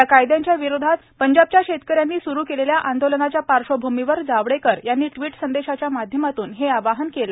या कायदयांच्या विरोधात पंजाबच्या शेतकर्यांनी सुरु केलेल्या आंदोलनाच्या पार्श्वभूमीवर जावडेकर यांनी ट्विट संदेशाच्या माध्यमातून हे आवाहन केलं